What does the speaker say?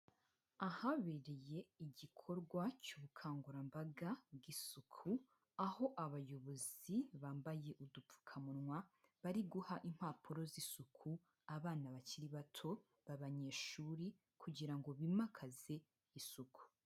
Ahabereye igikorwa cy'ubukangurambaga bw'isuku, aho abayobozi bambaye udupfukamunwa, bari guha impapuro z'isuku abana bakiri bato b'abanyeshuri, kugira ngo bimakaze isuku.